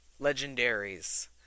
legendaries